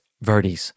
Verdes